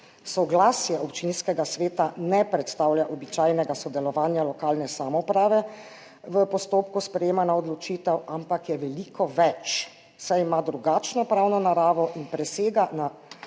soglasje občinskega sveta ne predstavlja običajnega sodelovanja lokalne samouprave v postopku sprejemanja odločitev, ampak je veliko več, saj ima drugačno pravno naravo in presega na